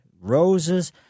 roses